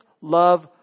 love